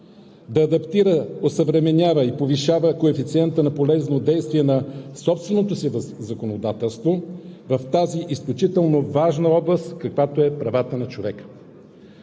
да адаптира, осъвременява и повишава коефициента на полезно действие на собственото си законодателство в тази изключително важна област, каквато е правата на човека.